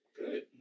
Good